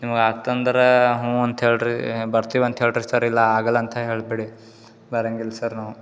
ನಿಮಗೆ ಆಗ್ತಂದ್ರೆ ಹ್ಞೂ ಅಂತೇಳಿ ರೀ ಬರ್ತಿವಿ ಅಂತ ಹೇಳಿರಿ ಸರ್ ಇಲ್ಲ ಆಗೋಲ್ಲ ಅಂತ ಹೇಳಿಬಿಡಿ ಬರಂಗೆ ಇಲ್ಲ ಸರ್ ನಾವು